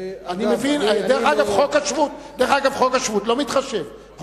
דרך אגב, חוק השבות לא מתחשב.